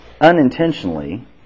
unintentionally